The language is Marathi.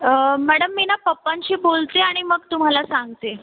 मॅडम मी ना पपांशी बोलते आणि मग तुम्हाला सांगते